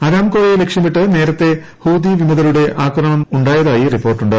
അരാംകോയെ ലക്ഷ്യമിട്ട് നേരത്തെ ഹൂതി വിമതരുടെ ആക്രമണമുണ്ടായതായി റിപ്പോർട്ടുണ്ട്